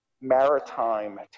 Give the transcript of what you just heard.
maritime